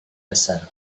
besar